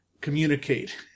communicate